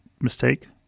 mistake